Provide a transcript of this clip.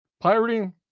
pirating